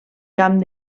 camp